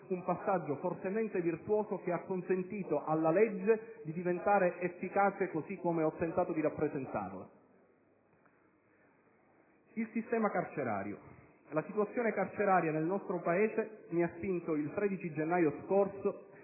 un passaggio fortemente virtuoso che ha consentito alla legge di diventare efficace così come ho tentato di rappresentarla. Veniamo ora al sistema carcerario. La situazione carceraria nel nostro Paese mi ha spinto, il 13 gennaio scorso,